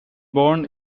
born